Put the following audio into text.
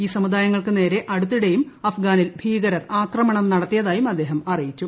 ഈ സമുദായങ്ങൾക്ക് ്യേക്ക് അടുത്തിടെയും അഫ്ഗാനിൽ ഭീകരർ ആക്രമുണ്ട് നടത്തിയതായും അദ്ദേഹം അറിയിച്ചു